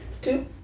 two